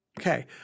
Okay